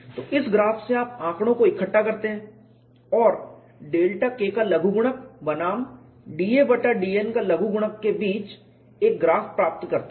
तो इस ग्राफ से आप आंकड़ों को इकट्ठा करते हैं और डेल्टा K का लघुगणक बनाम da बटा dN का लघुगणक के बीच एक ग्राफ प्राप्त करते हैं